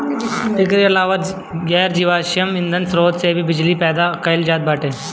एकरी अलावा अउर गैर जीवाश्म ईधन स्रोत से भी बिजली के पैदा कईल जात बाटे